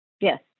Yes